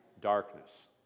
Darkness